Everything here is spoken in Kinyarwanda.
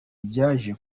byaje